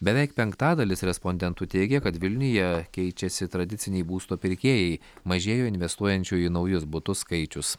beveik penktadalis respondentų teigė kad vilniuje keičiasi tradiciniai būsto pirkėjai mažėjo investuojančių į naujus butus skaičius